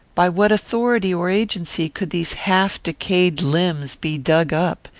by what authority or agency could these half-decayed limbs be dug up,